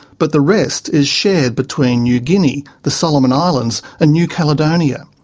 but the rest is shared between new guinea, the solomon islands and new caledonia.